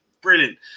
brilliant